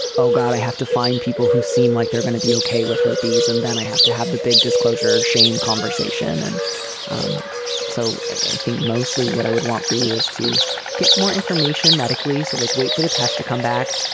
oh, god, i have to find people who seem like they're gonna be okay with herpes and then i have to have the big disclosure shame conversation. and um so i think mostly what i would want for you is to get more information medically. silych so like wait for the test to come back.